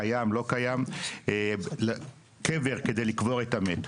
קיים לא קיים קבר כדי לקבור את המת.